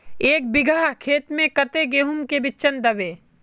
एक बिगहा खेत में कते गेहूम के बिचन दबे?